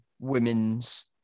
women's